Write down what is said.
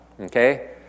Okay